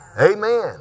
Amen